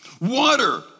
Water